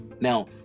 now